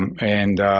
and